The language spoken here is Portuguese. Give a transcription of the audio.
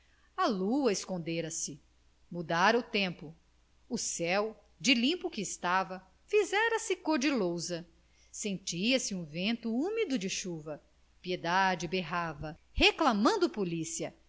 a lua escondera se mudara o tempo o céu de limpo que estava fizera-se cor de lousa sentia-se um vento úmido de chuva piedade berrava reclamando polícia